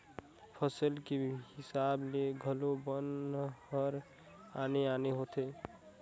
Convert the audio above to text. फसल के हिसाब ले घलो बन हर आने आने होथे